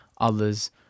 others